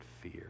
fear